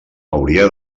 hauria